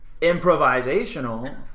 improvisational